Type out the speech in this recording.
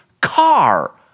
car